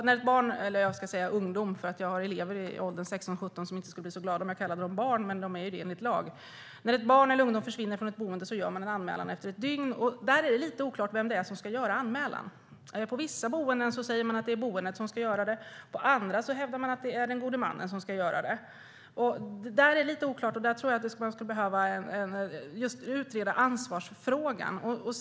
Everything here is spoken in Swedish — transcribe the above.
Jag har elever i 16-17-årsåldern som inte skulle bli så glada om jag kallade dem barn, men de är det enligt lag. När ett barn, eller en ungdom, försvinner från ett boende görs en anmälan efter ett dygn. Det är lite oklart vem som ska göra anmälan. På vissa boenden säger man att det är boendet som ska göra en anmälan; på andra boenden hävdar man att det är den gode mannen som ska göra det. Där behöver ansvarsfrågan utredas.